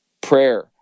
prayer